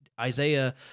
Isaiah